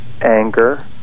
anger